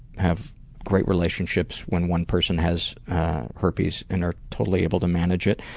have great relationship when one person has herpes and are totally able to manage it,